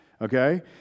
Okay